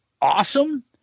awesome